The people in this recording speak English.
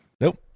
Nope